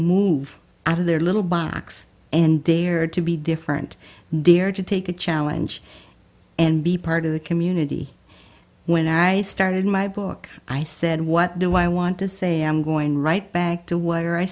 move out of their little box and they are to be different dare to take a challenge and be part of the community when i started my book i said what do i want to say i'm going right back to where i